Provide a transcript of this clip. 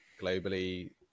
globally